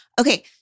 Okay